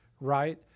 Right